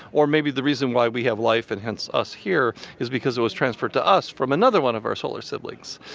or maybe the reason why we have life and hence us here is because it was transferred to us from another one of our solar siblings.